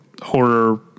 horror